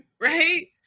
right